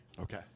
Okay